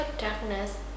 darkness